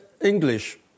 English